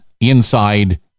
inside